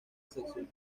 excepción